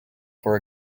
for